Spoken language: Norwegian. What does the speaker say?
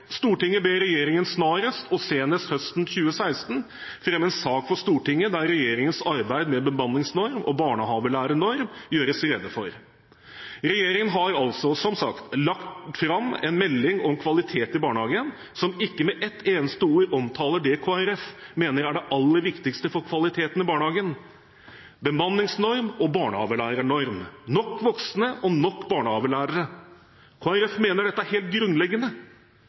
Stortinget der regjeringens arbeid med bemanningsnorm og barnehagelærernorm gjøres rede for.» Regjeringen har altså som sagt lagt fram en melding om kvalitet i barnehagen som ikke med ett eneste ord omtaler det Kristelig Folkeparti mener er det aller viktigste for kvaliteten i barnehagen, bemanningsnorm og barnehagelærernorm – nok voksne og nok barnehagelærere. Kristelig Folkeparti mener dette er helt grunnleggende,